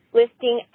listing